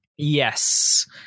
Yes